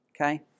okay